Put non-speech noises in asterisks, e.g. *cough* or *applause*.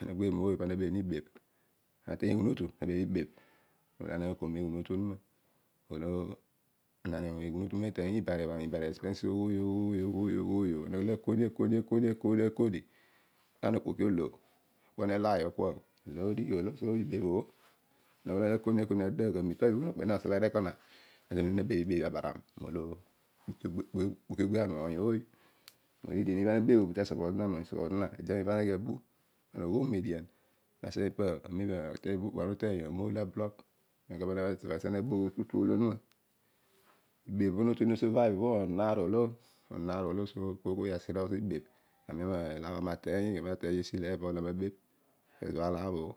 Ana gbebh mooy pana tabebh ni mibebh lana ateiy edian aako me ghunotu ouuna *unintelligible* iba ara expenses okpo oghooyogh o ana akoni akoni akoni. okpo ne layogh kua. Ana orue dio aghe ameet up ukpe ghani zina masalarg eko okpoki ogbebh o te support zina. ede amem ana ghi abu pa ana ogho mu median. pana mina eeghe uokpoki obho ana uteiyo a moulgom abloek lo oboghom otu olouuma *unintelligible* ibebh o po nozeghe no survive obho. onon aar oolo so koiy koiy aserious tibebh. Ami na keiy esi amina bebh aala obho